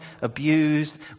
abused